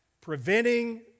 preventing